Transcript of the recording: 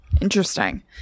Interesting